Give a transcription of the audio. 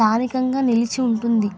స్థానికంగా నిలిచి ఉంటుంది